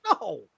no